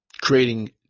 Creating